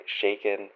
shaken